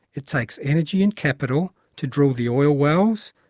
it takes energy and capital to drill the oil wells,